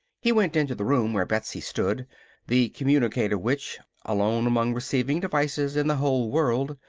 he went into the room where betsy stood the communicator which, alone among receiving devices in the whole world,